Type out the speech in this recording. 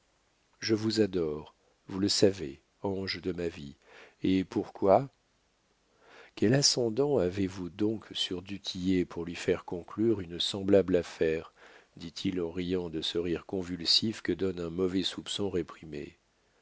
je vous adore vous le savez ange de ma vie et pourquoi quel ascendant avez-vous donc sur du tillet pour lui faire conclure une semblable affaire dit-il en riant de ce rire convulsif que donne un mauvais soupçon réprimé